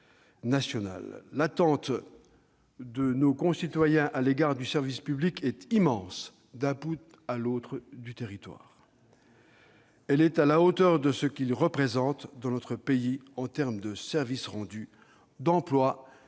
L'attente de nos concitoyens à l'égard du service public est immense d'un bout à l'autre du territoire. Elle est à la hauteur de ce qu'il représente dans notre pays en termes de service rendu, d'emploi